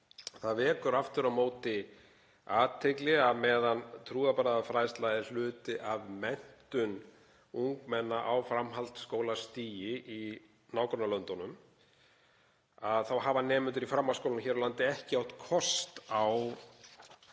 Það vekur aftur á móti athygli að meðan trúarbragðafræðsla er hluti af menntun ungmenna á framhaldsskólastigi í nágrannalöndunum hafa nemendur í framhaldskólum hér á landi ekki átt kost á